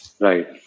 right